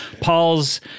Paul's